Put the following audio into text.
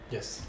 Yes